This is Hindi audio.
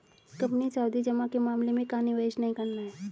कंपनी सावधि जमा के मामले में कहाँ निवेश नहीं करना है?